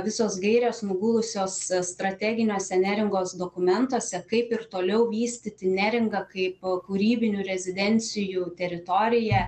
visos gairės nugulusios strateginiuose neringos dokumentuose kaip ir toliau vystyti neringą kaip kūrybinių rezidencijų teritoriją